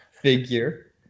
figure